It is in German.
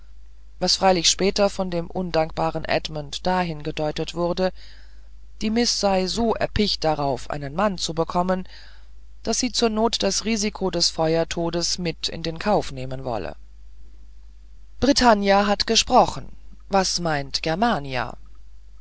was freilich später von dem undankbaren edmund dahin gedeutet wurde die miß sei so erpicht darauf einen mann zu bekommen daß sie zur not das risiko des feuertodes mit in den kauf nehmen wolle britannia hat gesprochen was meint germania